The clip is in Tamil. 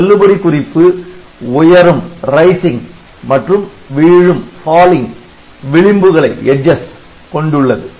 செல்லுபடி குறிப்பு உயரும் மற்றும் வீழும் விளிம்புகளை கொண்டுள்ளது